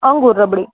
અંગૂર rabri